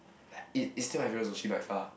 it is still my favorite sushi by far